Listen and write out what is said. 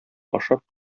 ашап